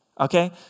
Okay